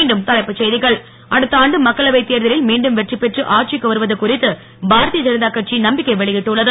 மீண்டும் தலைப்புச் செய்திகள் அடுத்த ஆண்டு மக்களவை தேர்தலில் மீண்டும் வெற்றி பெற்று ஆட்சிக்கு வருவது குறித்து பாரதிய ஜனதா கட்சி நம்பிக்கை வெளியிட்டுள்ளது